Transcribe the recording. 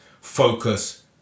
focus